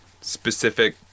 specific